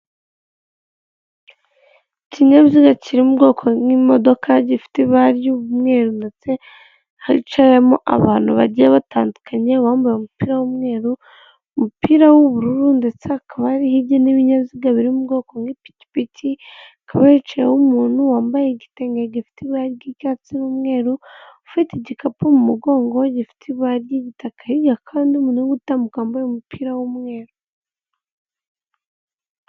Ikinyabiziga kiri mu ubwoko bwimodoka gifite ibara ry'umweruru ndetse hicayemo abantu bagiye batandukanye uwambaye umupira w'umweru ,umupira w'ubururu ndetse hakaba hari n'ibinyabiziga biri mu bwoko nk'ipikipiki ikaba yicayeho umuntu wambaye igitenye gifite ibara ry'icyatsi n'umweru ufite igikapu mu mugongo gifite ibara ry'igitaka hirya kandi hari umuntu wambaye umupira w'umweru .